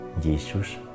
Jesus